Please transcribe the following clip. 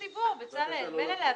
לטענה.